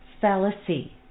fallacy